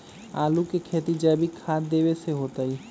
आलु के खेती जैविक खाध देवे से होतई?